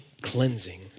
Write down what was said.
cleansing